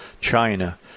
China